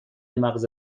مغز